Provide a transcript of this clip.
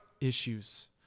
issues